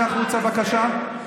צא החוצה, בבקשה.